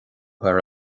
thar